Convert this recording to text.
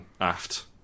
aft